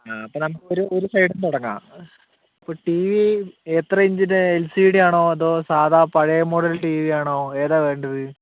ആ അപ്പോൾ നമുക്ക് ഒരു ഒരു സൈഡിൽ നിന്ന് തുടങ്ങാം ഇപ്പോൾ ടി വി എത്ര ഇഞ്ചിൻ്റെ എൽ സി ഡി ആണോ അതോ സാധാ പഴയ മോഡൽ ടി വി ആണോ ഏതാണ് വേണ്ടത്